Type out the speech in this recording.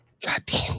goddamn